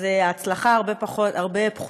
אז ההצלחה פחותה בהרבה.